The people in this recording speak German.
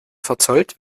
verzollt